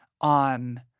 on